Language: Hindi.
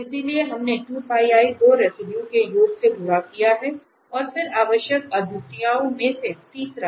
इसलिए हमने दो रेसिडुए के योग से गुणा किया है और फिर आवश्यक अद्वितीयता में से तीसरा